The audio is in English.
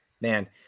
man